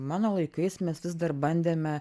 mano laikais mes vis dar bandėme